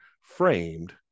framed